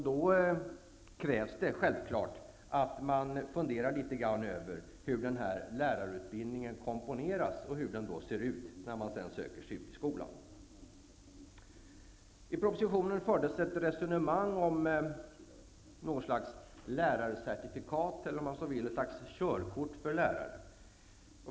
Då krävs det självklart att man funderar litet grand över hur denna lärarutbildning komponeras och hur den kan passa när man söker sig ut till skolan. I propositionen fördes ett resonemang om något slags lärarcertifikat eller, om man så vill, ett slags körkort för lärare.